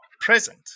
present